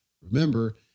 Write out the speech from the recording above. Remember